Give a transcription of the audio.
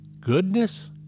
goodness